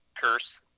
curse